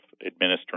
administering